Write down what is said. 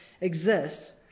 exists